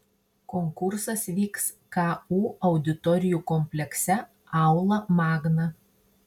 konkursas vyks ku auditorijų komplekse aula magna